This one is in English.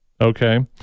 Okay